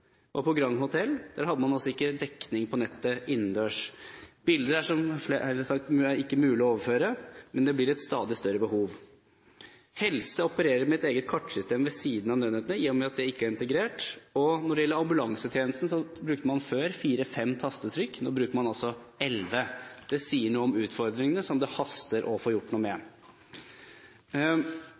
hadde man på Grand Hotel ikke dekning på nettet innendørs. Bilder er det, som flere har sagt, ikke mulig å overføre, men det blir et stadig større behov. Helsevesenet opererer med et eget kartsystem ved siden av nødnettet, i og med at det ikke er integrert. Når det gjelder ambulansetjenesten, brukte man før fire–fem tastetrykk. Nå bruker man altså elleve. Det sier noe om utfordringene som det haster å få gjort noe med.